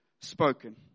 spoken